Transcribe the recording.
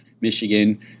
Michigan